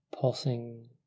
pulsing